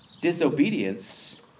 disobedience